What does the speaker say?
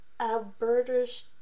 Alberta's